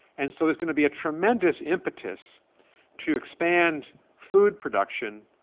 and so there's going to be a tremendous impetus to expand food production